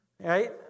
Right